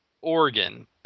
Oregon